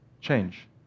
change